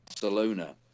Barcelona